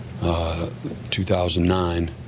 2009